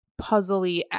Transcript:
puzzly